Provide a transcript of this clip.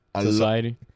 society